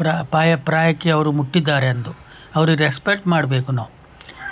ಪ್ರಾ ಪಾಯ ಪ್ರಾಯಕ್ಕೆ ಅವರು ಮುಟ್ಟಿದ್ದಾರೆಂದು ಅವ್ರಿಗೆ ರೆಸ್ಪೆಕ್ಟ್ ಮಾಡಬೇಕು ನಾವು